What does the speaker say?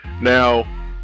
Now